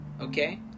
okay